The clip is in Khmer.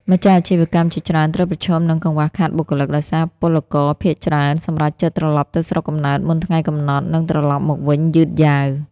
ម្ចាស់អាជីវកម្មជាច្រើនត្រូវប្រឈមនឹងកង្វះខាតបុគ្គលិក ដោយសារពលករភាគច្រើនសម្រេចចិត្តត្រឡប់ទៅស្រុកកំណើតមុនថ្ងៃកំណត់ និងត្រឡប់មកវិញយឺតយ៉ាវ។